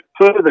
further